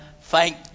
thank